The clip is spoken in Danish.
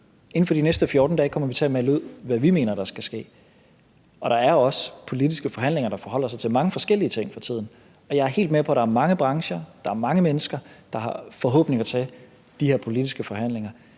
Inden for de næste 14 dage kommer vi til at melde ud, hvad vi mener der skal ske. Og der er også politiske forhandlinger, der forholder sig til mange forskellige ting for tiden. Jeg er helt med på, at der er mange brancher og der er mange mennesker, der har forhåbninger til de her politiske forhandlinger.